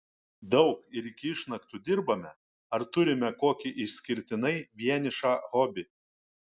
daug ir iki išnaktų dirbame ar turime kokį išskirtinai vienišą hobį